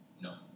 No